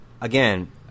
again